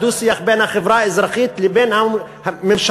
הדו-שיח בין החברה האזרחית לבין הממשלות.